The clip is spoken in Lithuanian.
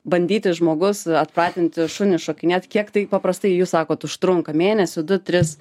bandyti žmogus atpratinti šunį šokinėt kiek tai paprastai jūs sakot užtrunka mėnesį du tris